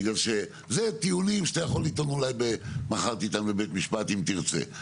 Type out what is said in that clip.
בגלל שזה טיעונים שאתה יכול לטעון אולי במחר תטען בבית משפט אם תרצה,